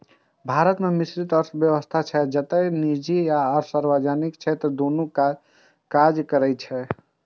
भारत मे मिश्रित अर्थव्यवस्था छै, जतय निजी आ सार्वजनिक क्षेत्र दुनू काज करै छै